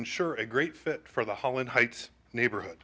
ensure a great fit for the holland heights neighborhood